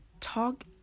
talk